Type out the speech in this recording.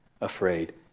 afraid